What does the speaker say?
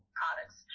products